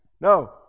No